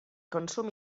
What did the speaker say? consum